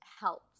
helps